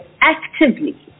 actively